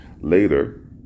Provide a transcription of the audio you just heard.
later